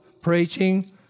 preaching